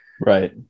right